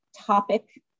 topic